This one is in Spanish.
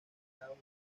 grandes